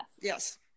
yes